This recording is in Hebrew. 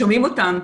שומעים אותם.